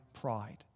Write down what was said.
pride